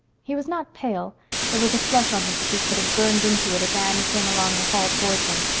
he was not pale there was a flush on his cheek that had burned into it as anne came along the hall towards him,